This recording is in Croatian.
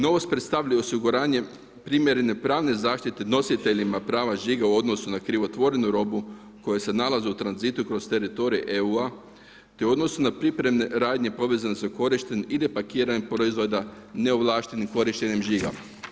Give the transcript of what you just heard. Novost predstavljaju osiguranje primjerene pravne zaštite nositeljima prava žiga u odnosu na krivotvorenu robu koja se nalazi u tranzitu kroz teritorij EU-a te u odnosu na pripremne radnje povezane sa korištenjem ili pakiranjem proizvoda neovlaštenim korištenjem žiga.